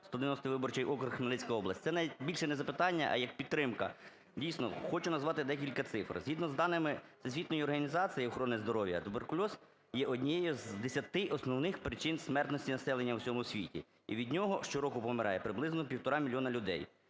190 виборчий округ, Хмельницька область. Це більше не запитання, а як підтримка. Дійсно, хочу назвати декілька цифр. Згідно з даними Всесвітньої організації охорони здоров'я туберкульоз є однією з десяти основних причин смертності населення в усьому світі, і від нього щороку помирає приблизно 1,5 мільйона людей.